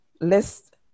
list